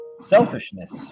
selfishness